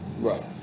Right